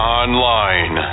online